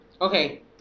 Okay